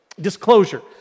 disclosure